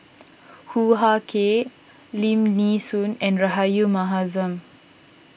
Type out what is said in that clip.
Hoo Ah Kay Lim Nee Soon and Rahayu Mahzam